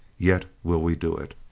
yet will we do it.